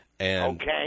Okay